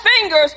fingers